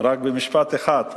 רק במשפט אחד,